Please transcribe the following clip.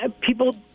people